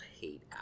hate